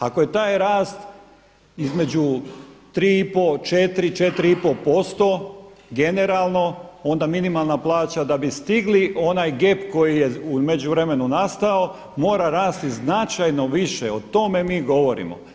Ako je taj rast između 3,5, 4, 4,5% generalno onda minimalna plaća da bi stigli onaj gep koji je u međuvremenu nastao mora rasti značajno više, o tome mi govorimo.